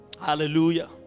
hallelujah